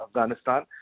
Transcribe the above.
Afghanistan